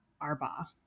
arba